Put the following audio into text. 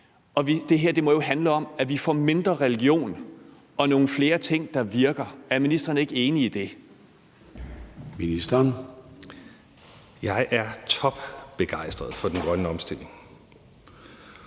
det her må jo handle om, at vi får mindre religion og nogle flere ting, der virker. Er ministeren ikke enig i det? Kl. 11:10 Formanden (Søren